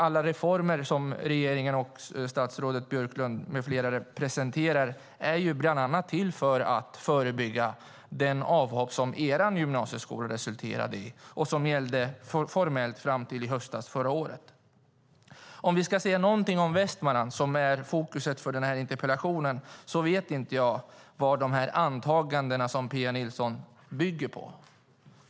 Alla reformer som regeringen och statsrådet Björklund med flera presenterar är bland annat till för att förebygga de avhopp som er gymnasieskola, som formellt gällde fram till i höstas förra året, resulterade i. För att säga något om Västmanland, som är fokus för den här interpellationen: Jag vet inte vad de antaganden som Pia Nilsson för fram bygger på.